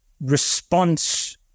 response